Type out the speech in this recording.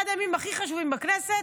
אחד הימים הכי חשובים בכנסת,